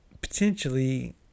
potentially